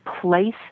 place